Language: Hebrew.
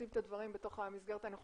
אז רק כדי לשים את הדברים במסגרת הנכונה.